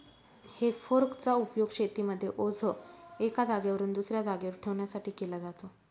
हे फोर्क चा उपयोग शेतीमध्ये ओझ एका जागेवरून दुसऱ्या जागेवर ठेवण्यासाठी केला जातो